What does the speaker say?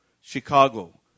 Chicago